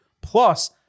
Plus